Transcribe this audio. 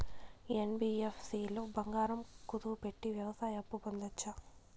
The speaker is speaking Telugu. యన్.బి.యఫ్.సి లో బంగారం కుదువు పెట్టి వ్యవసాయ అప్పు పొందొచ్చా?